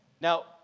Now